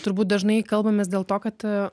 turbūt dažnai kalbamės dėl to kad